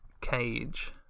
cage